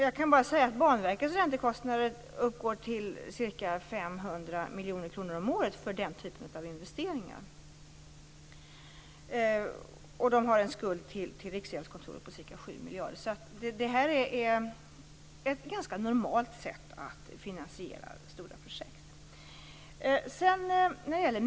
Jag kan bara säga att Banverkets räntekostnader uppgår till ca 500 miljoner kronor om året för den typen av investeringar. Verket har en skuld till Riksgäldskontoret på ca 7 miljarder. Det här är ett ganska normalt sätt att finansiera stora projekt.